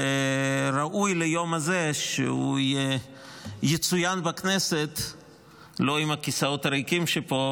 וראוי ליום הזה שהוא יצוין בכנסת לא עם הכיסאות הריקים שפה